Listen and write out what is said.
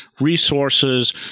resources